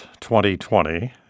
2020